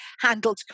handled